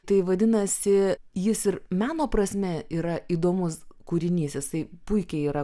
tai vadinasi jis ir meno prasme yra įdomus kūrinys jisai puikiai yra